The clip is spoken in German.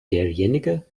derjenige